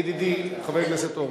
ידידי חבר הכנסת אורבך.